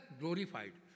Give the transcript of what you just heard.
glorified